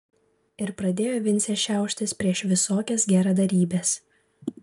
ir pradėjo vincė šiauštis prieš visokias geradarybes